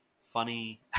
funny